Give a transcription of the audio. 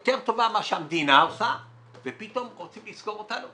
יותר טובה מאשר המדינה עושה ופתאום רוצים לסגור אותנו.